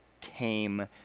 tame